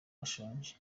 bashonje